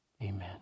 Amen